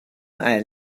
ein